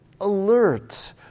alert